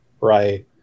right